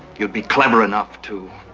you'd be clever enough to.